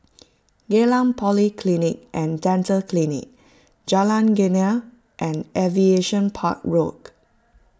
Geylang Polyclinic and Dental Clinic Jalan Geneng and Aviation Park Road